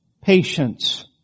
patience